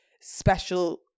special